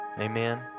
amen